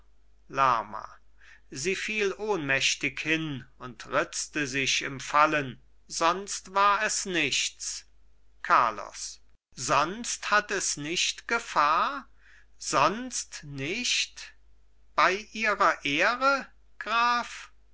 lerma sie fiel ohnmächtig hin und ritzte sich im fallen sonst war es nichts carlos sonst hat es nicht gefahr sonst nicht bei ihrer ehre graf